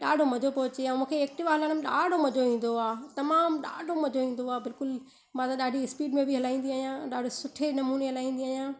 ॾाढो मज़ो थो अचे ऐं मूंखे एक्टिवा हलाइण में ॾाढो मज़ो ईंदो आहे तमामु ॾाढो मज़े ईंदो आहे बिल्कुलु मां त ॾाढो स्पीड में बि हलाईंदी आहियां ॾाढो सुठे नमूने हलाईंदी आहियां